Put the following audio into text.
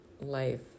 life